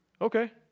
Okay